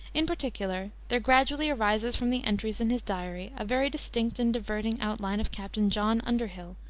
in particular there gradually arises from the entries in his diary a very distinct and diverting outline of captain john underhill,